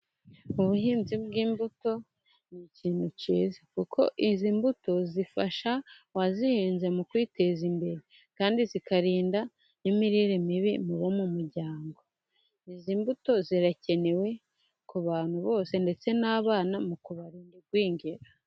Ubuhinzi bw'imbuto ni ikintu cyiza, Kuko izi mbuto zifasha uwazihinze mu kwiteza imbere. Kandi zikarinda n'imirire mibi mu bo mu muryango. Izi mbuto zirakenewe ku bantu bose ndetse n'abana mu kubarinda igwingira.